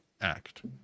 act